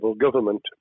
government